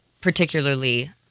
particularly